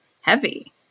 heavy